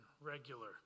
regular